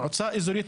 המועצה האזורית,